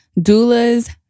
doulas